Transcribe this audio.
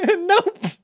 Nope